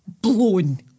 blown